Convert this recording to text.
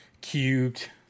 cubed